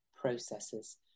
processes